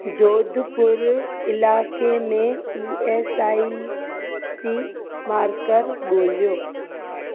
जोधपुर इलाइक़े में E S I C मर्कज़ु ॻोल्हियो